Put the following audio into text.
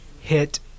Hit